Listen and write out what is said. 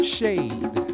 shade